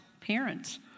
parents